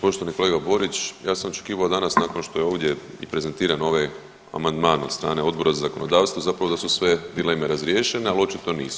Poštovani kolega Borić, ja sam očekivao danas nakon što je ovdje i prezentiran ovaj amandman od strane Odbora za zakonodavstvo zapravo da su sve dileme razriješene ali očito nisu.